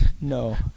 No